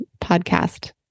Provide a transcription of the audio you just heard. podcast